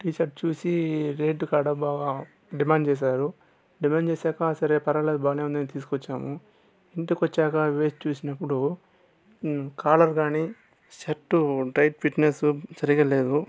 tea shirt చూసి rate కాడ బా డిమాండ్ చేసారు డిమాండ్ చేసాక సరే పర్వాలేదు బాగానే ఉంది అని తీసుకొచ్చాము ఇంటికొచ్చాక వేసి చూసినప్పుడు కాలర్ కానీ షర్టు టైట్ ఫిట్నెస్ సరిగా లేవు